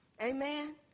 Amen